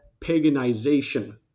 paganization